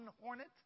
hornet